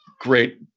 great